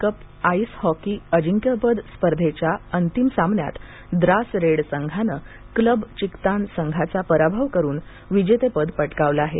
cup ice hockey अजिंक्यपद स्पर्धेच्या अंतिम सामन्यात द्रास रेड संघानं क्लब चिकतान संघाचा पराभव करून विजेतेपद पटकावलं आहे